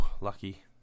lucky